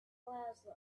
plaza